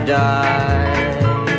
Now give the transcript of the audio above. die